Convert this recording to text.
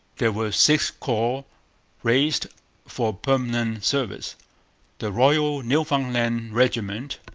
there were six corps raised for permanent service the royal newfoundland regiment,